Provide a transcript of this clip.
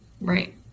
Right